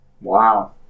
Wow